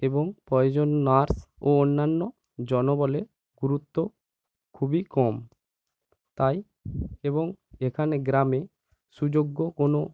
এবং প্রয়োজন নার্স ও অন্যান্য জনবলে গুরুত্ব খুবই কম তাই এবং এখানে গ্রামে সুযোগ্য কোনো